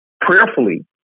prayerfully